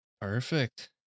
perfect